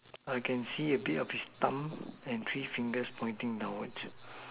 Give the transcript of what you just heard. I can see a bit of his thumb and three fingers pointing downwards